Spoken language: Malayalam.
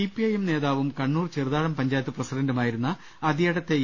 സി പി ഐ എം നേതാവും കണ്ണൂർ ചെറുതാഴം പഞ്ചായത്ത് പ്രസി ഡന്റുമായിരുന്ന അദിയടത്തെ ഇ